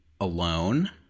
alone